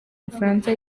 bufaransa